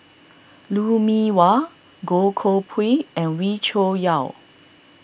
Lou Mee Wah Goh Koh Pui and Wee Cho Yaw